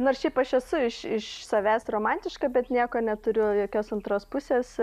nors šiaip aš esu iš iš savęs romantiška bet nieko neturiu jokios antros pusės